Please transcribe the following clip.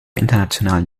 internationalen